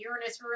Uranus